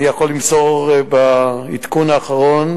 אני יכול למסור את העדכון האחרון.